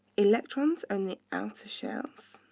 electrons are in the outer shells.